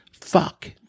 Fuck